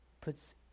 puts